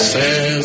Says